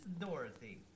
Dorothy